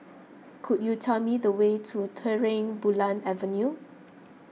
could you tell me the way to Terang Bulan Avenue